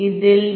இதில் டி